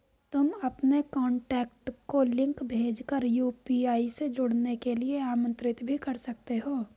तुम अपने कॉन्टैक्ट को लिंक भेज कर यू.पी.आई से जुड़ने के लिए आमंत्रित भी कर सकते हो